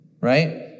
right